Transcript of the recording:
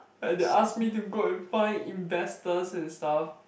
and they ask me to go and find investors and stuff